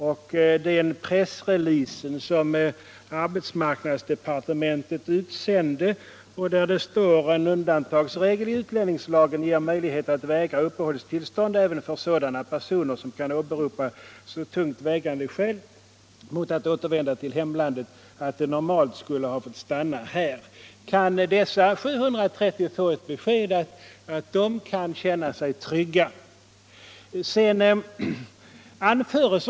I den pressrelease som arbetsmarknadsdepartementet utsänt står det: ”En undantagsregel i utlänningslagen ger möjlighet att vägra uppehållstillstånd även för sådana personer som kan åberopa så tungt vägande skäl mot att återvända till hemlandet att de normalt skulle ha fått stanna här.” Nu undrar jag: Kan dessa 730 få ett besked att de kan känna sig trygga?